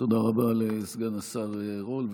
תודה רבה לסגן השר רול.